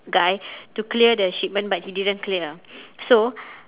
guy to clear the shipment but he didn't clear so